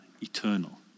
eternal